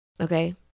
okay